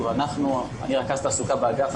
אני רכז תעסוקה באגף,